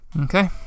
Okay